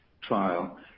trial